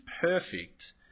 perfect